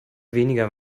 weniger